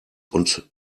und